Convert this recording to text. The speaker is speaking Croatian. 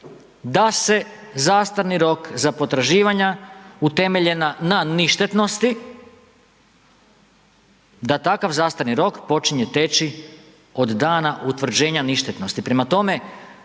da se zastarni rok za potraživanja utemeljena na ništetnosti, da takav zastarni rok počinje teći od dana utvrđenja ništetnosti. Pema tome,